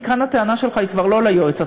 כי כאן הטענה שלך היא כבר אולי לא ליועץ,